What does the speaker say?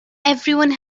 everyone